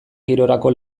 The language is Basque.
girorako